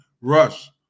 rush